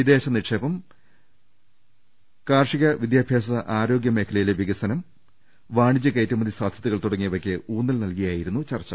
വിദേശനിക്ഷേപം കാർഷിക വിദ്യാഭ്യാസ ആരോഗ്യ മേഖലയിലെ വികസനങ്ങൾ വാണിജൃ ക്യറ്റുമതി സാധൃ തകൾ തുടങ്ങിയവയ്ക്ക് ഊന്നൽ നൽകിയായിരുന്നു ചർച്ച